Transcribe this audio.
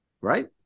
Right